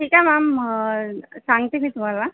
ठीक आहे मॅम सांगते मी तुम्हाला